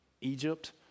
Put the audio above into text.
Egypt